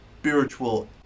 spiritual